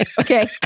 Okay